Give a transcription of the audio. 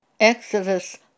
Exodus